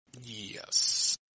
yes